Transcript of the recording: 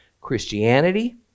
Christianity